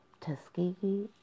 Tuskegee